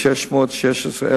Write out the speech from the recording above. על-פי חוק חייבים לשלם על שירות של